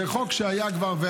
זה חוק שהיה כבר,